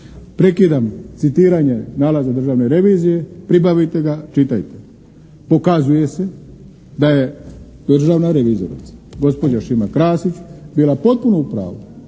Prekidam citiranje nalaza Državne revizije. Pribavite ga, čitajte. Pokazuje se da je državna revizorica, gospođa Šima Krasić bila potpuno u pravu,